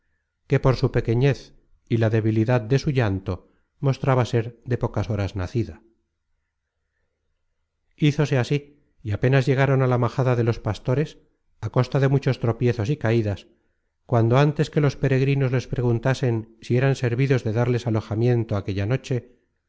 que por su pequeñez y la debilidad de su llanto mostraba ser de pocas horas nacida hizose así y apenas llegaron á la majada de los pastores á costa de muchos tropiezos y caidas cuando antes que los peregrinos les preguntasen si eran servidos de darles alojamiento aquella noche